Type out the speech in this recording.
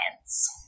science